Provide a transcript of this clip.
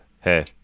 Hey